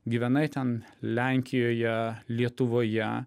gyvenai ten lenkijoje lietuvoje